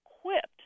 equipped